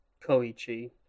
Koichi